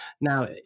Now